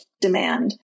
demand